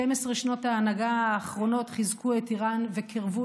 12 שנות ההנהגה האחרונות חיזקו את איראן וקירבו